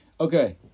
Okay